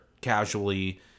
casually